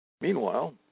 Meanwhile